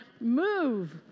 move